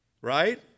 Right